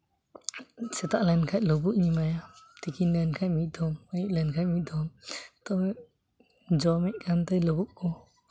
ᱥᱮᱛᱟᱜ ᱞᱮᱱᱠᱷᱟᱡ ᱞᱩᱵᱩᱜ ᱤᱧ ᱮᱢᱟᱭᱟ ᱛᱤᱠᱤᱱ ᱞᱮᱱᱠᱷᱟᱡ ᱢᱤᱫ ᱫᱷᱟᱣ ᱟᱹᱭᱩᱵ ᱞᱮᱱᱠᱷᱟᱡ ᱢᱤᱫ ᱫᱷᱟᱣ ᱛᱚᱵᱮ ᱡᱚᱢᱮᱜ ᱠᱷᱟᱱ ᱞᱩᱵᱩᱜ ᱠᱚ